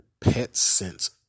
PetSense